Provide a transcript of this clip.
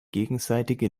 gegenseitige